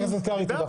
חבר הכנסת קרעי, תודה.